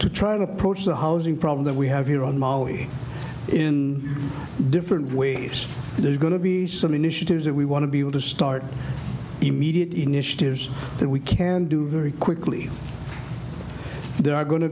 to try to approach the housing problem that we have here on maui in different ways there's going to be some initiatives that we want to be able to start immediate initiatives that we can do very quickly there are going to